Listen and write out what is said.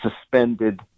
suspended